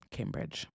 Cambridge